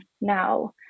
now